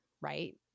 Right